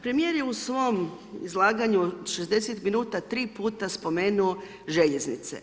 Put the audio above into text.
Premijer je u svom izlaganju 60 minuta tri puta spomenuo željeznice.